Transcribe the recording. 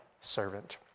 servant